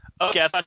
okay